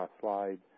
slide